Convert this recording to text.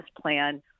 plan